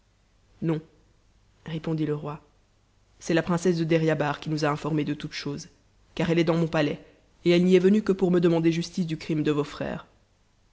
non répondit te roi c'est ta princesse de deryabar qui nous a informés de toutes choses car elle est dans mon palais et elle n'y est venue que pour me demander justice du crime de vos frères